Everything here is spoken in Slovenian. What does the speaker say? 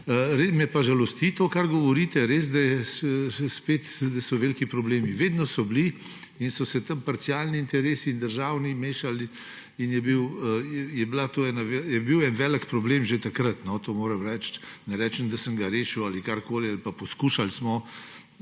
Me pa žalosti to, kar govorite, res da spet so veliki problemi, vedno so bili. Tam so se parcialni interesi in državni mešali in je bil en velik problem že takrat, to moram reči. Ne rečem, da sem ga rešil ali karkoli, poskušali pa